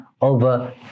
over